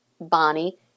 Bonnie